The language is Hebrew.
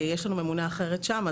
יש לנו ממונה אחרת שם,